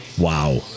Wow